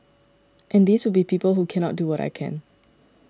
and these would be people who cannot do what I can